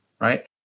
Right